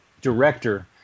director